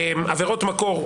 עבירות מקור,